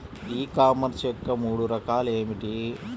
ఈ కామర్స్ యొక్క మూడు రకాలు ఏమిటి?